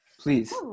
please